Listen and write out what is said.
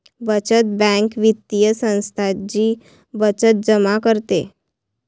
बचत बँक वित्तीय संस्था जी बचत जमा करते